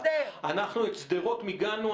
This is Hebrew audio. האוזר, האוזר --- אנחנו את שדרות מיגנו.